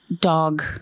dog